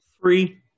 Three